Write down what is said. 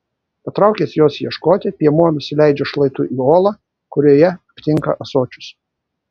patraukęs jos ieškoti piemuo nusileidžia šlaitu į olą kurioje aptinka ąsočius